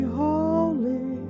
holy